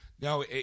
no